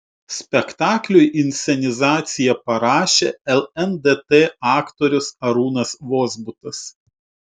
spektakliui inscenizaciją parašė lndt aktorius arūnas vozbutas